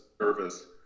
service